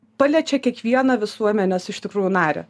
paliečia kiekvieną visuomenės iš tikrųjų narį